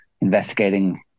investigating